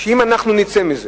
שאם אנחנו נצא מזה